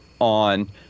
on